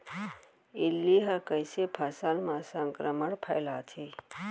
इल्ली ह कइसे फसल म संक्रमण फइलाथे?